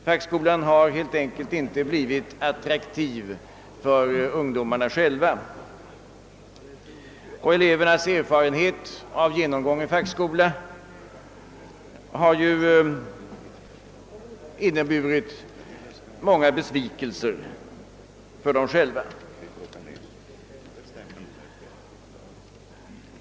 Fackskolan har helt enkelt inte blivit attraktiv för ungdomarna själva, och elevernas erfarenhet av genomgången fackskola har inneburit många besvikelser för dem.